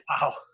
Wow